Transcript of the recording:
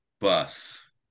bus